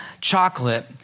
chocolate